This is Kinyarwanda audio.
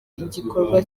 igikorwa